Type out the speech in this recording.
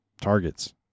targets